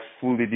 fully